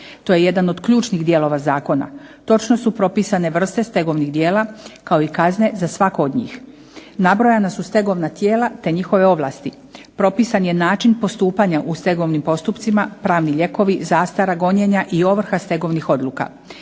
To je jedan od ključnih dijelova zakona. Točno su propisane vrste stegovnih djela kao i kazne za svaku od njih. Nabrojana su stegovna tijela te njihove ovlasti. Propisan je način postupanja u stegovnim postupcima, pravni lijekovi, zastara gonjenja i ovrha stegovnih odluka.